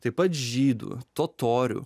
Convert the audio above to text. taip pat žydų totorių